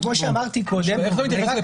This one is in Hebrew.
בואו נעצור --- רגע,